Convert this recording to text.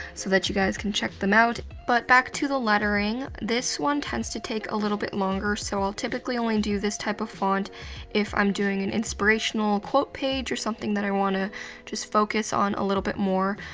so that you guys can check them out. but back to the lettering, this one tends to take a little bit longer, so i'll typically only do this type of font if i'm doing an inspirational quote page, or something that i want to just focus on a little bit more.